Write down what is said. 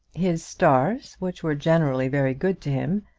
his stars, which were generally very good to him,